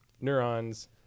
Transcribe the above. neurons